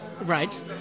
right